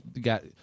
got